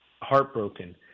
heartbroken